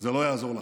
זה לא יעזור לכם.